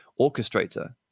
orchestrator